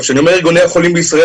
כשאני אומר ארגוני החולים בישראל,